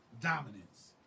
Dominance